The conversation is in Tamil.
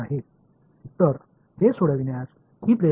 எனவே இது தீர்க்க ஒரு உந்துதலாக இருக்கலாம்